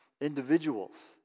individuals